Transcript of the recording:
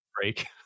break